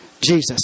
Jesus